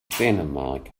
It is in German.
dänemark